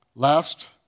Last